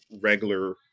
regular